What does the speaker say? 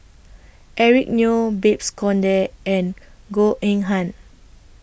Eric Neo Babes Conde and Goh Eng Han